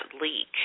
leak